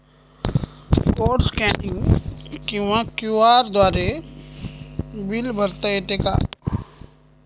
Code scanning किंवा QR द्वारे bill भरता येते का?